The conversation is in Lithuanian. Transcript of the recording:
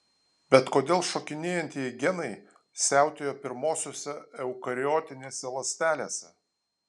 bet kodėl šokinėjantieji genai siautėjo pirmosiose eukariotinėse ląstelėse